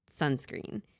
sunscreen